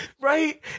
right